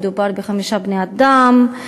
מדובר בחמישה בני-אדם.